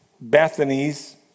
Bethany's